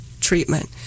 treatment